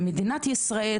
למדינת ישראל,